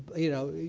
you know,